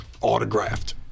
autographed